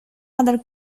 other